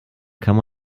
kann